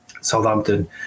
Southampton